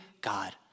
God